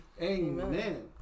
Amen